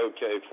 Okay